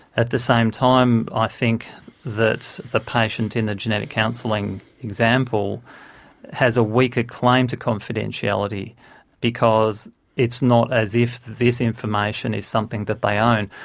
at the same time i think that the patient in the genetic counselling example has a weaker claim to confidentiality because it's not as if this information is something that they ah own.